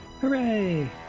Hooray